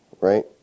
Right